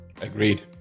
agreed